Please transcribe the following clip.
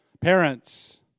Parents